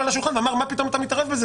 השולחן ואמר לו: מה פתאום אתה מתערב בזה,